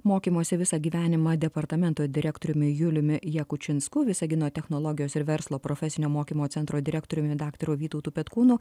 mokymosi visą gyvenimą departamento direktoriumi juliumi jakučinsku visagino technologijos ir verslo profesinio mokymo centro direktoriumi daktaru vytautu petkūnu